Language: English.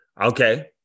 Okay